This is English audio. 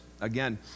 Again